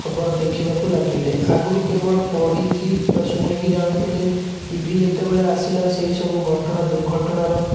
ଖବର ଦେଖିବାକୁ ଲାଗିଲେ ଆଗରୁ କେବଳ ପଢ଼ିକି ବା ଶୁଣିକି ଜାଣୁଥିଲେ ଟି ଭି ଯେତେବେଳେ ଆସିଲା ସେହିସବୁ ଘଟଣା ଦୁର୍ଘଟଣାର